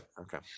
Okay